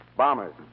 bombers